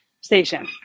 station